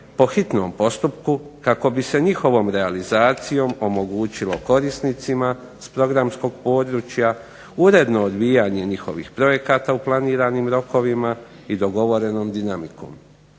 po hitnom postupku kako bi se njihovom realizacijom omogućilo korisnicima s programskog područja uredno odvijanje njihovih projekata u rokovima i dogovorenom dinamikom.